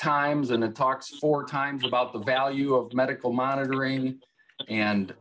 times in a talks four times about the value of medical monitoring and